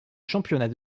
championnat